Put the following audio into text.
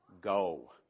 Go